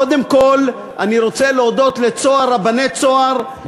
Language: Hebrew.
קודם כול אני רוצה להודות לרבני "צהר",